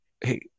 hey